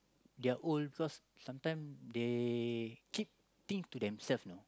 they are old because sometime they keep think to themself know